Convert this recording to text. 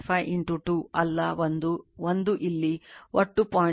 5 2 ಅಲ್ಲ 1 1 ಇಲ್ಲಿ ಒಟ್ಟು 0